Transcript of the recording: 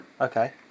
Okay